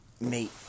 mate